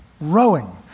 rowing